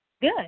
good